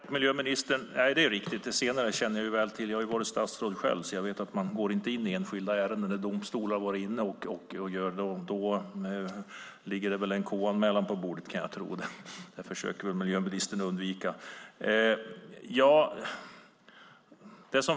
Fru talman! Det är riktigt, miljöministern. Det senare känner jag väl till. Jag har ju själv varit statsråd så jag vet att man inte går in i enskilda ärenden där domstolar har varit inne, för då ligger det väl en KU-anmälan på bordet, kan jag tro. Det försöker väl miljöministern undvika.